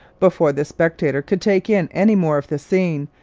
before the spectator could take in any more of the scene,